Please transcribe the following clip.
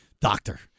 doctor